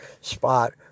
spot